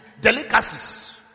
delicacies